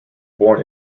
born